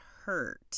hurt